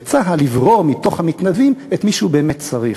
וצה"ל יברור מתוך המתנדבים את מי שהוא באמת צריך.